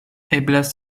eblas